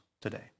today